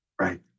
Right